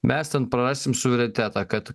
mes ten prarasim suverenitetą kad